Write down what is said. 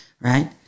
right